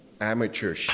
amateur